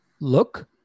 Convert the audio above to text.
look